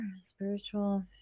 spiritual